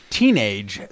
Teenage